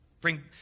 bring